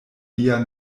lia